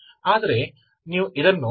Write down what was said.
v u है